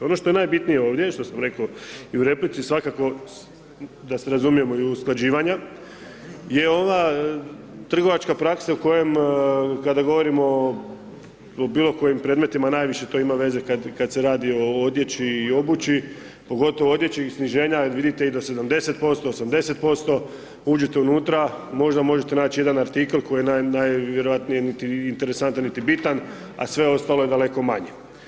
Ono što je najbitnije ovdje i što sam rekao i u replici svakako da se razumijemo i usklađivanja je ova trgovačka praksa u kojoj kada govorimo o bilokojim predmetima, najviše to ima veze kad se radi o odjeći i obući pogotovo odjeći i sniženja jer vidite i do 70%, 80% uđete unutra, možda možete naći jedan artikl koji je najvjerojatnije nije niti interesantan niti bitan a sve ostalo je daleko manje.